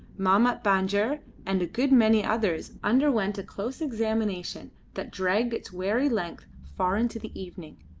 mahmat banjer and a good many others underwent a close examination that dragged its weary length far into the evening.